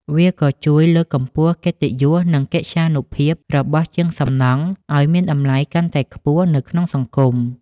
វាក៏ជួយលើកកម្ពស់កិត្តិយសនិងកិត្យានុភាពរបស់ជាងសំណង់ឱ្យមានតម្លៃកាន់តែខ្ពស់នៅក្នុងសង្គម។